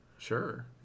Sure